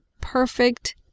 perfect